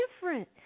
different